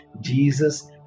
Jesus